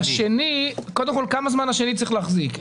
כמה זמן השני צריך להחזיק?